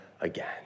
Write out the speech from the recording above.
again